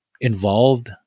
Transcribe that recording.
involved